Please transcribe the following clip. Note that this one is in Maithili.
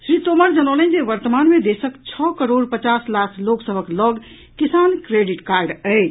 श्री तोमर जनौलनि जे वर्तमान में देशक छओ करोड़ पचास लाख लोक सभक लऽग किसान क्रेडिट कार्ड अछि